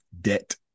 debt